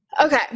Okay